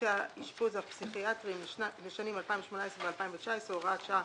לשירותי האשפוז הפסיכיאטריים לשנים 2018 ו-2019) (הוראת שעה),